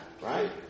right